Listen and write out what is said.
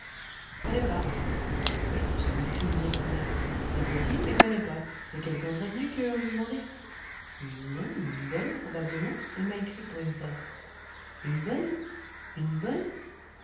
connais pas mais j'ai reçu une lettre d'elle c'est possible mais connais pas c'est quelque entretenue que vous demandez non une bonne probablement elle m'a écrit pour une place une bonne une bonne